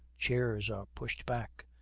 chairs are pushed back.